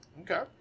Okay